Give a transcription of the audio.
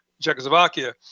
Czechoslovakia